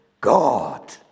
God